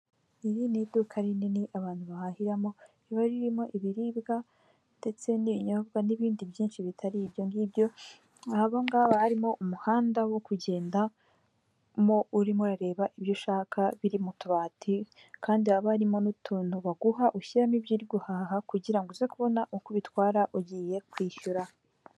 Iri ni iduka rinini abantu bahahiramo riba ririmo ibiribwa ndetse n'ibinyobwa n'ibindi byinshi bitari ibyo ngibyo, aha ngaha haba harimo umuhanda wo kugendamo urimo urareba ibyo ushaka biri mu tubati kandi haba harimo n'utuntu baguha ushyiramo ibyo uri guhaha kugira ngo uze kubona uko ubitwara ugiye kwishyura.